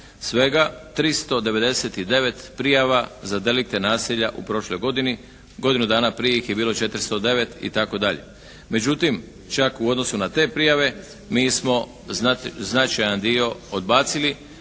svega 399 prijava za deliktna nasilja u prošloj godini. Godinu dana prije ih je bilo 409 itd. Međutim čak u odnosu na te prijave mi smo značajan dio odbacili